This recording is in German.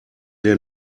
der